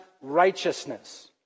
righteousness